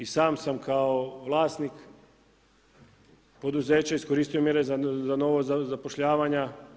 I sam sam kao vlasnik poduzeća iskoristio mjere za novo zapošljavanja.